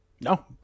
No